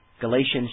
Galatians